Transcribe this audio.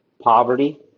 poverty